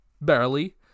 barely